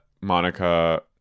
Monica